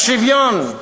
בשוויון?